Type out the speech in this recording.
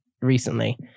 recently